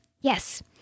Yes